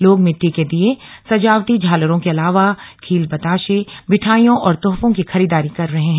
लोग मिट्टी के दीये सजावती झालरों के अलावा खील बताशे मिठाइयों और तोहफों की खरीदारी कर रहे हैं